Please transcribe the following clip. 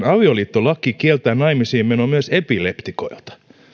avioliittolaki kieltää naimisiinmenon myös epileptikoilta